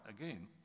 again